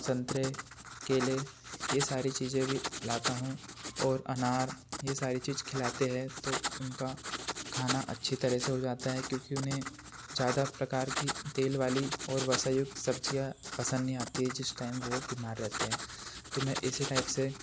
संतरे केले यह सारी चीज़ें भी लाता हूँ और आनार यह सारी चीज़ खिलते हैं तो उनका खाना अच्छी तरह से हो जाता है क्योंकी उन्हें ज़्यादा प्रकार की तेल वाली और वस्युक्त सब्जियाँ पसंद नहीं आती हैं जिस टाइम वह बीमार रहते हैं तो मैं इसी टाइप से